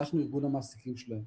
שאנחנו ארגון המעסיקים שלהם.